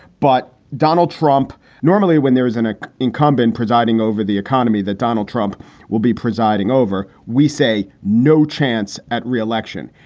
but donald trump normally, when there is an ah incumbent presiding over the economy that donald trump will be presiding over, we say no chance at re-election.